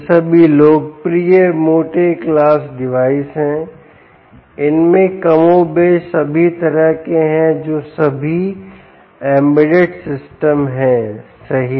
ये सभी लोकप्रिय mote क्लास डिवाइस हैं इनमें कमोबेश सभी तरह के हैं जो सभी एम्बेडेड सिस्टम हैं सही